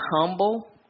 humble